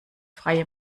freie